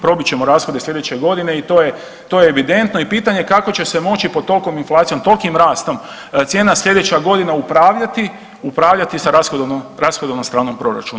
Probit ćemo rashode i sljedeće godine i to je evidentno i pitanje je kako će se moći pod tolikom inflacijom, tolikim rastom cijena sljedeća godina upravljati sa rashodovnom stranom proračuna.